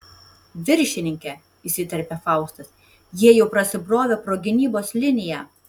viršininke įsiterpė faustas jie jau prasibrovė pro gynybos liniją